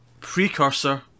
precursor